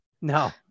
No